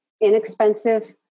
inexpensive